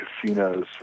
casinos